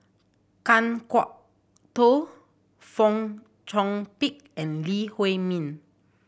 Kan Kwok Toh Fong Chong Pik and Lee Huei Min